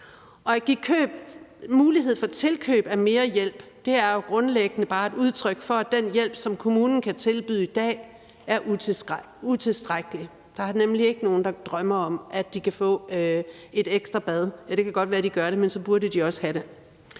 at give mulighed for tilkøb af mere hjælp er jo grundlæggende bare et udtryk for, at den hjælp, som kommunen kan tilbyde i dag, er utilstrækkelig. Der er nemlig ikke nogen, der drømmer om, at de kan få et ekstra bad – ja, det kan godt være, de gør det, men så burde de også have det.